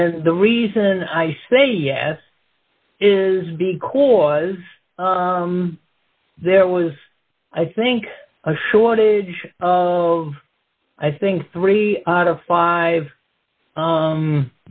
and the reason i say yes is because there was i think a shortage of i think three out of five